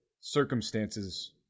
circumstances